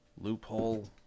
Loophole